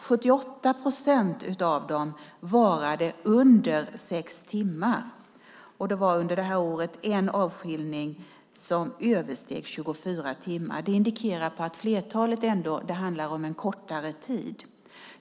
78 procent av dem varade under 6 timmar. Under detta år var det en avskiljning som översteg 24 timmar. Det indikerar att flertalet handlar om kortare tid.